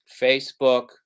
Facebook